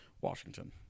Washington